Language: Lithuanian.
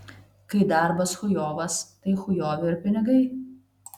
kai darbas chujovas tai chujovi ir pinigai